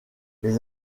des